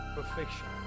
Perfection